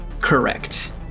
Correct